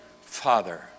Father